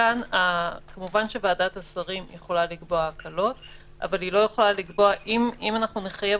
כמובן שוועדת השרים יכולה לקבוע הקלות אבל אם אנחנו נחייב